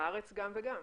בארץ גם וגם,